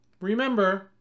Remember